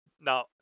Now